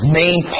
main